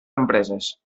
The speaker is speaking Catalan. empreses